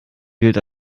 gilt